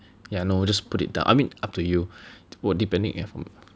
ya no just put it down I mean up to you depending yeah